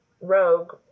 Rogue